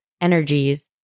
energies